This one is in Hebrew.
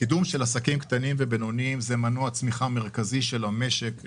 קידום של עסקים קטנים ובינונים זה מנוע צמיחה מרכזי של המשק.